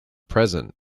present